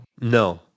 No